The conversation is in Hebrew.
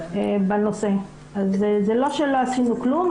זה לא שלא עשינו כלום.